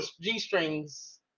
G-Strings